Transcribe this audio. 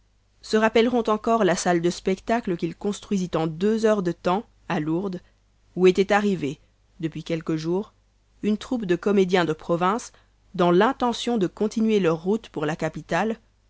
se rappelleront encore la salle de spectacle qu'il construisit en deux heures de temps à lourdes où était arrivée depuis quelques jours une troupe de comédiens de province dans l'intention de continuer leur route pour la capitale